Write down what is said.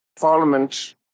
Parliament